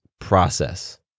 process